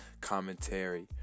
commentary